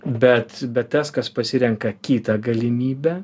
bet bet tas kas pasirenka kitą galimybę